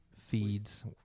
feeds